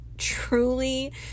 truly